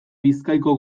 bizkaiko